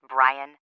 Brian